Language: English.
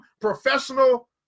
professional